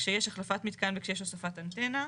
כשיש החלפת מתקן וכשיש הוספת אנטנה.